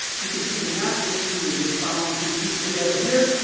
you can see the natural community that bonds these people together here.